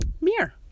mirror